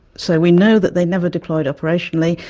so we know that they never deployed operationally,